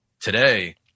Today